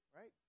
right